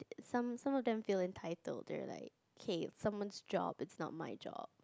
some some of them feel entitled they're like K someone's job it's not my job